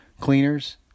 cleaners